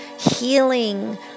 Healing